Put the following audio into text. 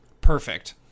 Perfect